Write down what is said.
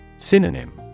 Synonym